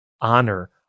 honor